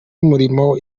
umurimo